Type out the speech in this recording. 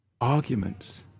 Arguments